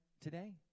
today